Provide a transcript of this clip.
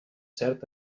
cert